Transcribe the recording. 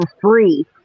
free